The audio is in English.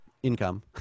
income